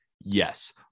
Yes